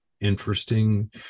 interesting